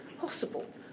possible